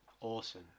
awesome